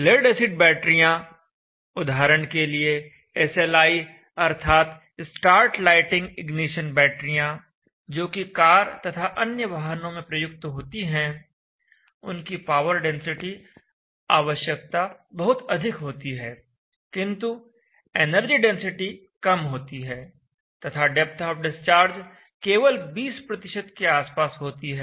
lead acid बैटरियां उदाहरण के लिए एसएलआई अर्थात स्टार्ट लाइटिंग इग्निशन बैटरियां जोकि कार तथा अन्य वाहनों में प्रयुक्त होती हैं उनकी पावर डेंसिटी आवश्यकता बहुत अधिक होती है किंतु एनर्जी डेंसिटी कम होती है तथा डेप्थ ऑफ डिस्चार्ज केवल 20 के आसपास होती है